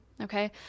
okay